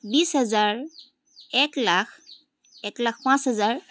বিশ হেজাৰ এক লাখ এক লাখ পাঁচ হাজাৰ